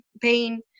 pain